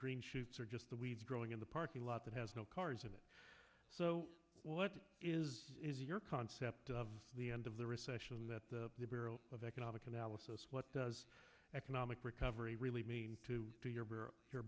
green shoots are just the weeds growing in the parking lot that has no cars in it so what is your concept of the end of the recession that the barrel of economic analysis what does economic recovery really mean to your